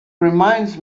reminds